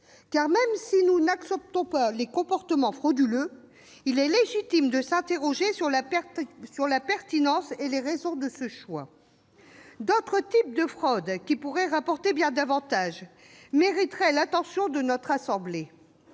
? Même si nous n'acceptons pas les comportements frauduleux, il est légitime de s'interroger sur la pertinence et les raisons de ce choix. D'autres types de fraudes, qui pourraient rapporter bien davantage si elles étaient combattues,